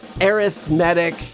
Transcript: arithmetic